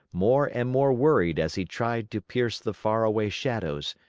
more and more worried as he tried to pierce the faraway shadows.